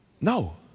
No